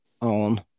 on